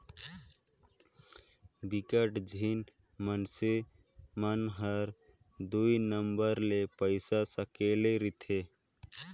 बिकट झिन मइनसे मन हर दुई नंबर ले पइसा सकेले रिथे